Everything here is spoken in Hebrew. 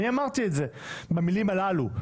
אמרתי את זה במילים הללו.